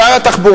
אל שר התחבורה,